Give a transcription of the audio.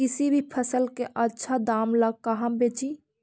किसी भी फसल के आछा दाम ला कहा बेची?